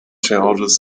challenges